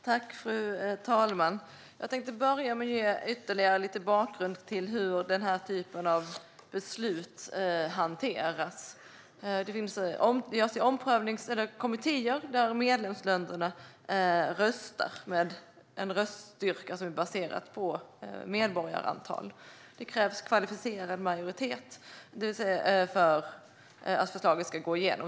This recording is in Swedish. Fru talman! Jag tänkte börja med att ge ytterligare lite bakgrund till hur denna typ av beslut hanteras. Det finns kommittéer där medlemsländerna röstar med en röststyrka som är baserad på medborgarantal. Det krävs kvalificerad majoritet för att förslag ska gå igenom.